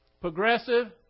Progressive